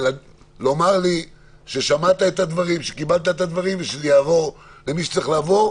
לומר לי ששמעת את הדברים ושהם יעברו למי שהם צריכים לעבור.